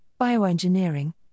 bioengineering